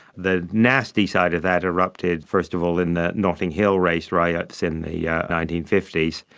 the nasty side of that erupted first of all in the notting hill race riots in the yeah nineteen fifty s,